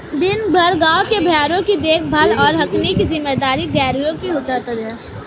दिन भर गाँव के भेंड़ों की देखभाल और हाँकने की जिम्मेदारी गरेड़िया उठाता है